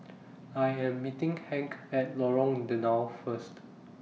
I Am meeting Hank At Lorong Danau First